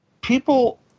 people